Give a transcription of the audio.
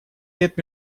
лет